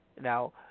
Now